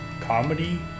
comedy